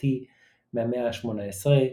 צרפתי מהמאה ה־18,